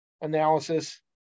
analysis